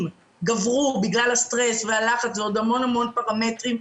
בגלל הסטרס והלחץ ועוד הרבה הרבה פרמטרים.